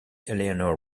eleanor